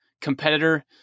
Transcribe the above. competitor